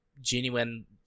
genuine